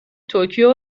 توکیو